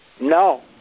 No